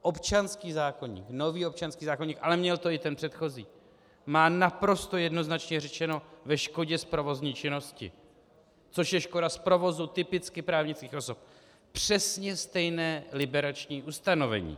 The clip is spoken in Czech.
Občanský zákoník, nový občanský zákoník, ale měl to i ten předchozí, má naprosto jednoznačně řečeno ve škodě z provozní činnosti, což je škoda z provozu typicky právnických osob, přesně stejné liberační ustanovení.